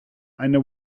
eine